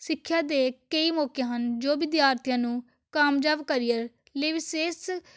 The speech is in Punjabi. ਸਿੱਖਿਆ ਦੇ ਕਈ ਮੌਕੇ ਹਨ ਜੋ ਵਿਦਿਆਰਥੀਆਂ ਨੂੰ ਕਾਮਯਾਬ ਕਰੀਅਰ ਲਈ ਵਿਸ਼ੇਸ਼